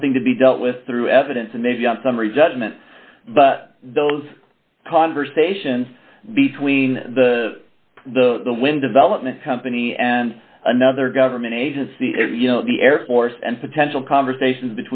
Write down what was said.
something to be dealt with through evidence and they've got summary judgment but those conversations be between the the the wind development company and another government agency you know the air force and potential conversations